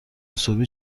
صبحی